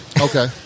Okay